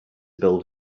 build